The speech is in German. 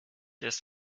ist